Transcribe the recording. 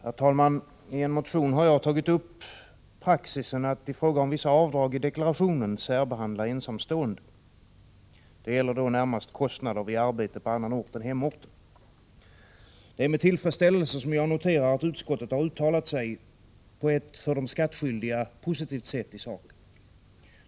Herr talman! I en motion har jag tagit upp praxisen att i fråga om vissa avdrag i deklarationen särbehandla ensamstående. Det gäller närmast kostnader vid arbete på annan ort än hemorten. Det är med tillfredsställelse jag noterar att utskottet uttalat sig på ett för de skattskyldiga positivt sätt i saken.